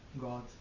God